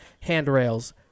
handrails